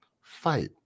fight